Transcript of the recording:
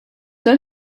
led